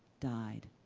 dyed,